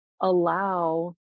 allow